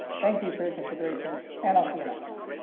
thank you for your consideration, and i'll see you next time!